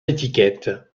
étiquette